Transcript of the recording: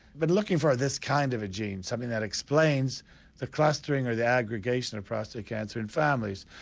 but looking for this kind of a gene, something that explains the clustering or the aggregation of prostate cancer in families,